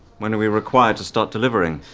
when are we required to start delivering?